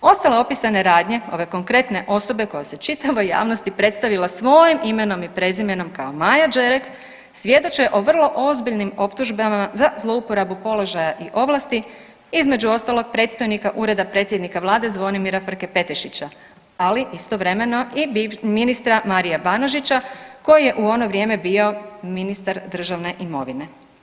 Ostalo opisane radnje ove konkretne osoba koja se čitavom javnosti predstavila svojim imenom i prezimenom kao Maja Đerek, svjedoče o vrlo ozbiljnim optužbama za zlouporabu položaja i ovlasti, između ostalog, predstojnika Ureda predsjednika Vlade Zvonimira Frke Petešića, ali istovremeno i ministra Marija Banožića, koji je u ono vrijeme bio ministar državne imovine.